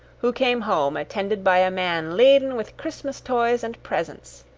who came home attended by a man laden with christmas toys and presents.